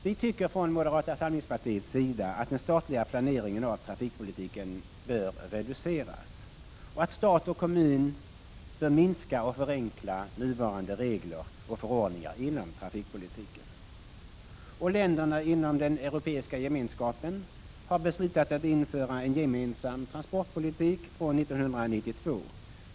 Vi tycker från moderata samlingspartiets sida att den statliga planeringen av trafikpolitiken bör reduceras och att stat och kommun bör minska och förenkla nuvarande regler och förordningar inom trafikpolitiken. Länderna inom den Europeiska gemenskapen har beslutat att införa en gemensam transportpolitik från 1992.